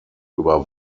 über